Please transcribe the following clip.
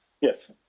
Yes